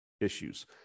issues